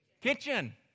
kitchen